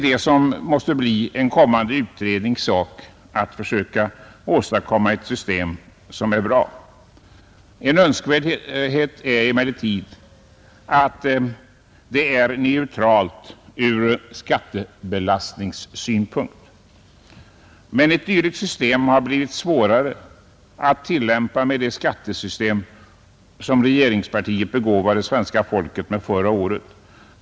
En kommande utrednings uppgift blir just att söka åstadkomma ett system som är bra. Önskvärt är emellertid att detta är neutralt ur skattebelastningssynpunkt. Men ett dylikt system har blivit svårare att tillämpa med det skattesystem som regeringspartiet begåvade svenska folket med förra året.